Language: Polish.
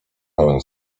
pełen